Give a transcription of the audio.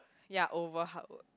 ya over hard work